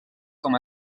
com